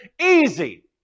easy